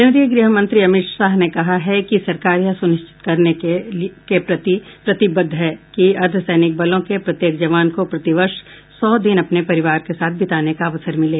केन्द्रीय गृहमंत्री अमित शाह ने कहा है कि सरकार यह सुनिश्चित करने के प्रति प्रतिबद्ध है कि अर्द्धसैनिक बलों के प्रत्येक जवान को प्रतिवर्ष सौ दिन अपने परिवार के साथ बिताने का अवसर मिले